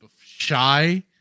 shy